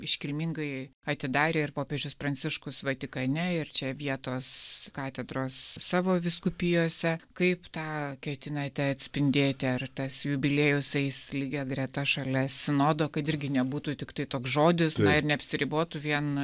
iškilmingai atidarė ir popiežius pranciškus vatikane ir čia vietos katedros savo vyskupijose kaip tą ketinate atspindėti ar tas jubiliejus eis lygia greta šalia sinodo kad irgi nebūtų tiktai toks žodis na ir neapsiribotų vien